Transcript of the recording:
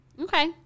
Okay